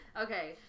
okay